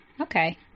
okay